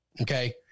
Okay